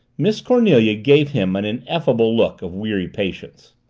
miss cornelia gave him an ineffable look of weary patience.